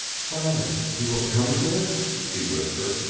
father, you will come to us? she whispered.